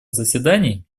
заседаний